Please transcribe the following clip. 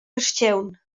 carstgaun